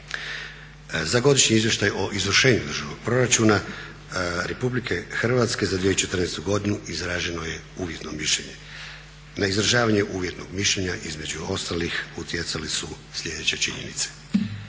Za Godišnji izvještaj o izvršenju državnog proračuna Republike Hrvatske za 2014. godinu izraženo je uvjetno mišljenje. Na izražavanje uvjetnog mišljenja između ostalih utjecale su sljedeće činjenice.